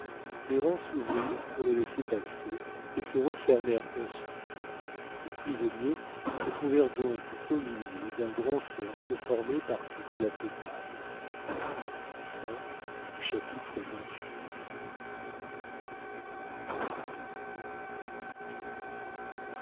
les rangs s'ouvrirent pour les laisser passer et se refermèrent ensuite les prisonniers se trouvèrent donc au milieu d'un grand cercle formé par toute la peuplade chapitre